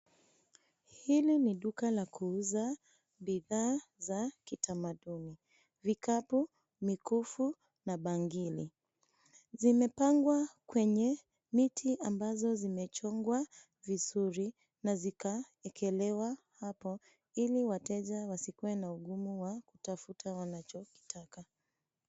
Hili ni duka la kuuza bidhaa za kitamaduni. Vikapu, mikufu na bangili. Zimepangwa kwenye miti ambazo zimechongwa vizuri na zikaekelewa hapo, ili wateja wasikuwe na ugumu wa kutafuta wanachokitaka.